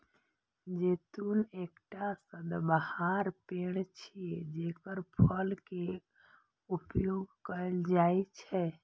जैतून एकटा सदाबहार पेड़ छियै, जेकर फल के उपयोग कैल जाइ छै